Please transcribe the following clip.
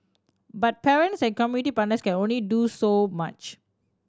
but parents and community partners can only do so much